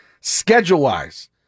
schedule-wise